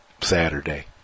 Saturday